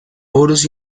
foros